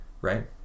right